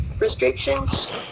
restrictions